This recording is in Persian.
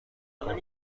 کنم